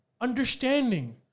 understanding